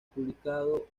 publicado